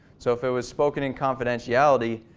so if it was spoken in confidentiality,